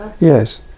Yes